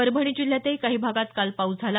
परभणी जिल्ह्यातही काही भागात काल पाऊस झाला